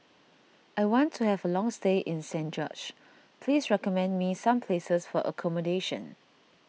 I want to have a long stay in Saint George's please recommend me some places for accommodation